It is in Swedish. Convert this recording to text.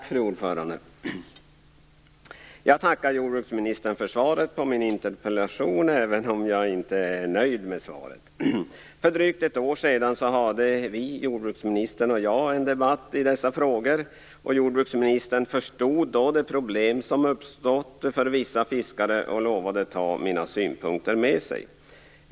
Fru talman! Jag tackar jordbruksministern för svaret på min interpellation, även om jag inte är nöjd med det. För drygt ett år sedan hade jordbruksministern och jag en debatt i dessa frågor. Jordbruksministern förstod då det problem som uppstått för vissa fiskare och lovade ta mina synpunkter med sig.